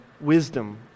wisdom